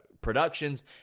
productions